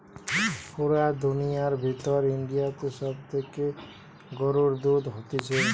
পুরা দুনিয়ার ভিতর ইন্ডিয়াতে সব থেকে গরুর দুধ হতিছে